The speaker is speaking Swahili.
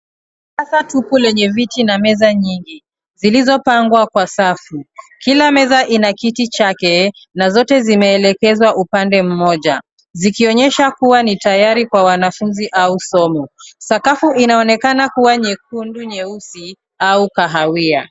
Darasa tupu lenye viti na meza nyingi, zilizopangwa kwa safu. Kila meza ina kiti chake, na zote zimeelekezwa upande mmoja, zikionyesha kua ni tayari kwa wanafunzi au somo. Sakafu inaonekana kuwa nyekundu nyeusi au kahawia.